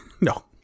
No